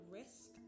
risk